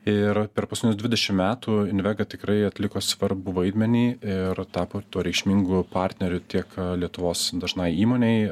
ir per paskutinius dvidešim metų invega tikrai atliko svarbų vaidmenį ir tapo tuo reikšmingu partneriu tiek lietuvos dažnai įmonei